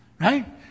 Right